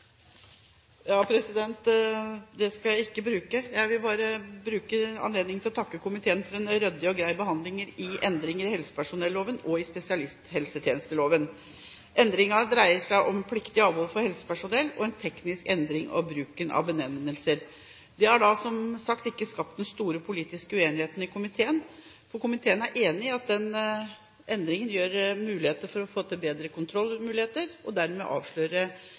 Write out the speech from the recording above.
Ja, det skal jeg ikke bruke. Jeg vil bare bruke anledningen til å takke komiteen for en ryddig og grei behandling når det gjelder endringer i helsepersonelloven og i spesialisthelsetjenesteloven. Endringene dreier seg om pliktig avhold for helsepersonell og en teknisk endring i bruken av benevnelser. Det har da, som sagt, ikke skapt den store politiske uenigheten i komiteen. Komiteen er enig i at endringene gjør det mulig å få bedre kontrollmuligheter, og at en dermed kan avsløre